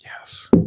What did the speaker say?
Yes